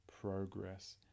progress